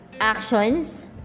actions